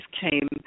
came